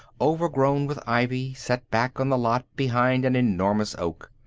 overgrown with ivy, set back on the lot behind an enormous oak.